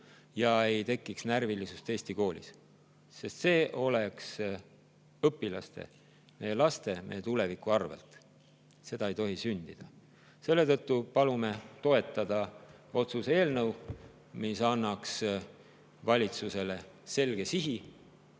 ega tekiks närvilisust Eesti koolis, sest see oleks õpilaste, meie laste, meie tuleviku arvel. Seda ei tohi sündida. Selle tõttu palume toetada otsuse eelnõu, mis annaks valitsusele selge sihi: